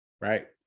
right